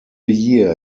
year